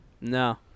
No